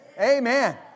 Amen